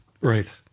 Right